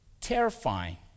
Terrifying